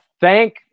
thank